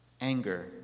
Anger